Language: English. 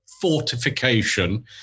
fortification